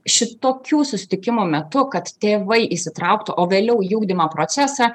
šitokių susitikimo metu kad tėvai įsitrauktų o vėliau į ugdymo procesą